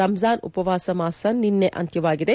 ರಂಜಾನ್ ಉಪವಾಸ ಮಾಸ ನಿನ್ನೆಗೆ ಅಂತ್ಯವಾಗಿದೆ